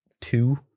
two